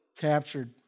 captured